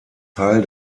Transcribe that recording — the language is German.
teil